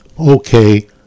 okay